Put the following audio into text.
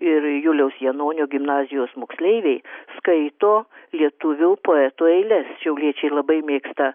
ir juliaus janonio gimnazijos moksleiviai skaito lietuvių poetų eiles šiauliečiai labai mėgsta